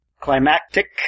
climactic